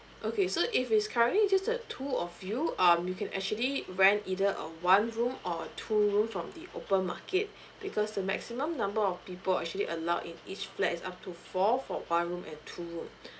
okay so if it's currently just the two of you um you can actually rent either a one room or a two room from the open market because the maximum number of people actually allowed in each flat is up to four for one room and two room